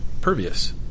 pervious